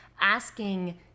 asking